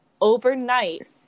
overnight